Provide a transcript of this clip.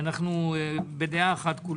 וכולנו בדעה אחת.